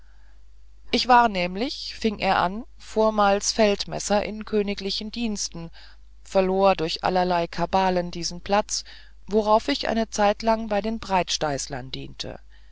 ich war nämlich fing er an vormals feldmesser in königlichen diensten verlor durch allerlei kabalen diesen platz worauf ich eine zeitlang bei den breitsteißlern diente